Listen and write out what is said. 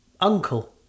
uncle